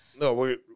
No